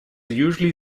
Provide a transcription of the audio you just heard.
usually